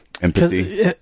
Empathy